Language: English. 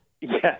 yes